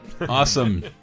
Awesome